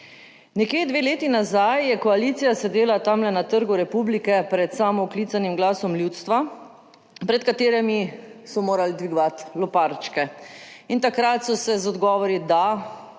Nekje dve leti nazaj je koalicija sedela tam na trgu republike, pred samooklicanim glasom ljudstva, pred katerimi so morali dvigovati loparčke in takrat so se z odgovori da